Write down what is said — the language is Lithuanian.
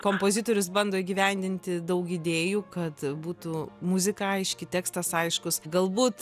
kompozitorius bando įgyvendinti daug idėjų kad būtų muzika aiški tekstas aiškus galbūt